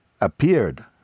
appeared